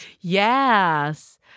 Yes